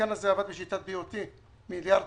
המתקן הזה עבד בשיטת B.O.T, 1.2 מיליארד